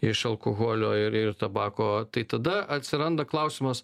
iš alkoholio ir ir tabako tai tada atsiranda klausimas